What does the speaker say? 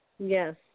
Yes